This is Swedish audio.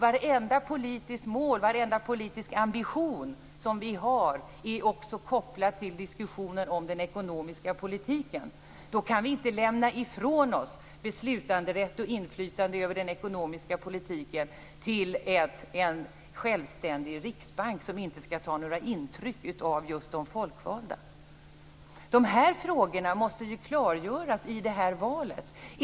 Vartenda politiskt mål, varenda politisk ambition som vi har är också kopplad till diskussionen om den ekonomiska politiken. Då kan vi inte lämna ifrån oss beslutanderätt och inflytande över den ekonomiska politiken till en självständig riksbank, som inte skall ta några intryck av just de folkvalda. De här frågorna måste klargöras i det här valet.